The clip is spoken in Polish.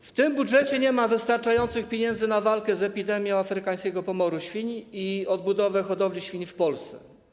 W tym budżecie nie ma wystarczających pieniędzy na walkę z epidemią afrykańskiego pomoru świń i odbudowę hodowli świń w Polsce.